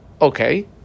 Okay